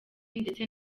ndetse